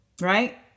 right